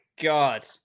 God